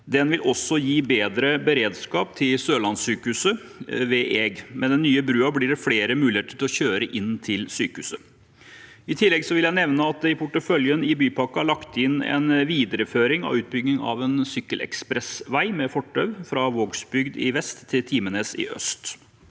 den vil også gi bedre beredskap til Sørlandet sykehus ved Eg. Med den nye broen blir det flere muligheter til å kjøre inn til sykehuset. I tillegg vil jeg nevne at det i porteføljen i bypakken er lagt inn en videreføring av utbygging av en sykkelekspressvei med fortau fra Vågsbygd i vest til Timenes i øst.